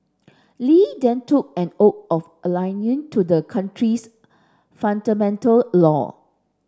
Li then took an oath of allegiance to the country's fundamental law